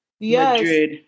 Madrid